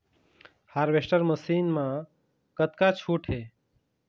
Harvester machine मा कतका छूट हे?